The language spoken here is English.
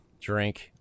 drink